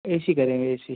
ए C करेंगे A सी